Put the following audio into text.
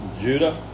Judah